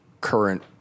current